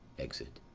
exit.